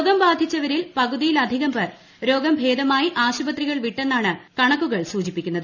രോഗം ബാധിച്ചുവരിൽ പകുതിയിലധികം പേർ രോഗം ഭേദമായി ആശുപത്രികൾ വിട്ടെന്നാണ് കണക്കുകൾ സൂചിപ്പിക്കുന്നത്